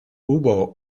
hubo